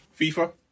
fifa